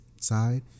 side